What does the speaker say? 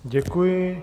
Děkuji.